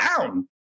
down